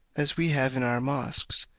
as we have in our mosques,